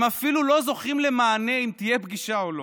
הם אפילו לא זוכים למענה אם תהיה פגישה או לא.